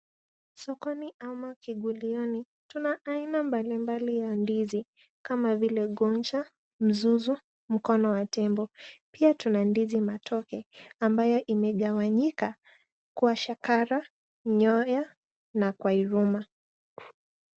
Sokoni ama kigulioni, tuna aina mbalimbali ya ndizi kama vile, gonja, mzuzu, mkono wa tembo. Pia tuna ndizi matoke ambayo imegawanyika kwa shakara, nyoyo, na kwa hiruma.